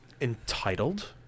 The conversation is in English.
entitled